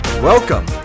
Welcome